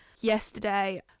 yesterday